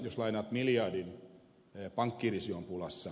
jos lainaat miljardin pankkiirisi on pulassa